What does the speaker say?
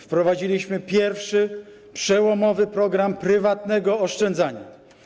Wprowadziliśmy pierwszy, przełomowy program prywatnego oszczędzania.